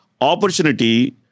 opportunity